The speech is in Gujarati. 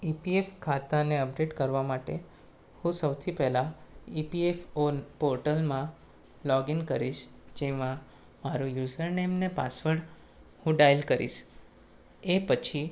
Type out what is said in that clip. ઈપીએફ ખાતાને અપડેટ કરવા માટે હું સૌથી પહેલાં ઈપીએફઓનાં પોર્ટલમાં લૉગઇન કરીશ જેમાં મારુ યુઝરનેમ ને પાસવડ હું ડાયલ કરીશ એ પછી